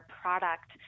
product